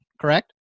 correct